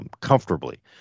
Comfortably